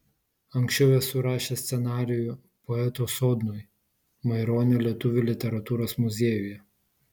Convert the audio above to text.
anksčiau esu rašęs scenarijų poeto sodnui maironio lietuvių literatūros muziejuje